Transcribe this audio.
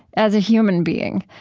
as a human being.